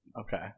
Okay